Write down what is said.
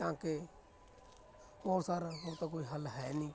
ਤਾਂ ਕਿ ਹੋਰ ਸਰ ਹੋਰ ਤਾਂ ਕੋਈ ਹੱਲ ਹੈ ਨਹੀਂ